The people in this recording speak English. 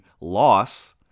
loss